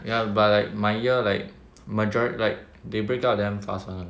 ya but like my year like major~ like they break up damn fast [one]